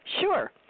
Sure